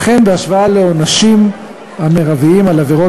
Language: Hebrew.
וכן בהשוואה לעונשים המרביים על עבירות